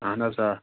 اہن حظ آ